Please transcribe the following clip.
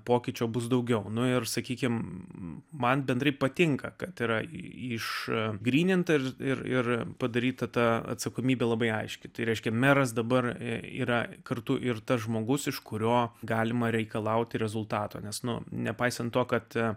pokyčio bus daugiau nu ir sakykime man bendrai patinka kad yra i iš e gryninta ir ir ir padaryta ta atsakomybė labai aiškiai tai reiškia meras dabar yra kartu ir tas žmogus iš kurio galima reikalauti rezultato nes nu nepaisant to kad